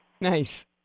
Nice